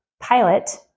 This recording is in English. pilot